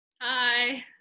Hi